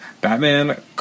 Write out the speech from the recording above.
Batman